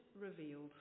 revealed